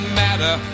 matter